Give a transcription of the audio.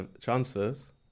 transfers